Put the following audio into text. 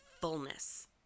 fullness